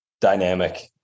dynamic